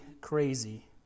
crazy